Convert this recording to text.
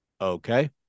okay